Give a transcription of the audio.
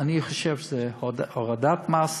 אני חושב שזו הורדת מס,